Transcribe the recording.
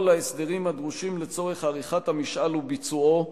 ההסדרים הדרושים לצורך עריכת המשאל וביצועו,